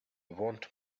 want